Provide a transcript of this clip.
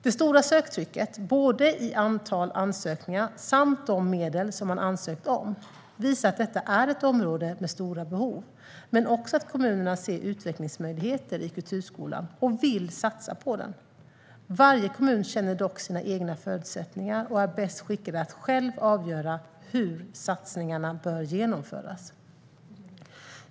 Det stora söktrycket både i antal ansökningar och de medel som man ansökt om visar att detta är ett område med stora behov, men också att kommunerna ser stora utvecklingsmöjligheter i kulturskolan och vill satsa på den. Varje kommun känner dock sina egna förutsättningar och är bäst skickad att själv avgöra hur satsningarna bör genomföras.